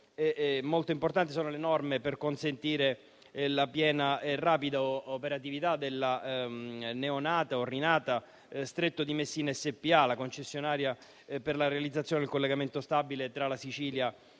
come ad esempio le norme per consentire la piena e rapida operatività della neonata - o rinata - Stretto di Messina SpA, la concessionaria per la realizzazione del collegamento stabile tra la Sicilia e la Calabria,